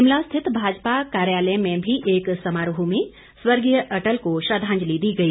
शिमला स्थित भाजपा कार्यालय में भी एक समारोह में स्वर्गीय अटल को श्रद्धांजलि दी गई